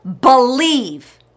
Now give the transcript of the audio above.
believe